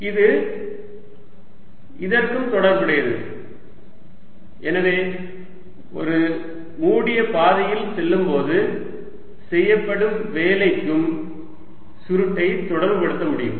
இது இதற்கும் தொடர்புடையதுஎனவே ஒரு மூடிய பாதையில் செல்லும்போது செய்யப்படும் வேலைக்கும் சுருட்டை தொடர்பு படுத்த முடியும்